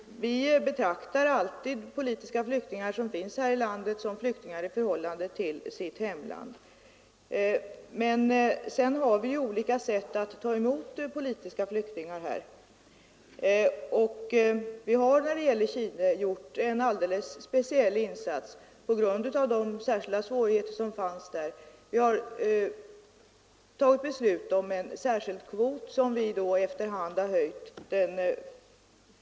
Vi betraktar alltid politiska flyktingar i Sverige som flyktingar från sitt hemland. Det finns dock olika sätt att ta emot politiska flyktingar, och vi har när det gäller flyktingar från Chile gjort en alldeles speciell insats på grund av de särskilda svårigheter som fanns där. Vi har fattat beslut om en särskild kvot, som vi efter hand har höjt.